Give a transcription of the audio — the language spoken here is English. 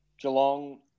Geelong